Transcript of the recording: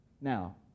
now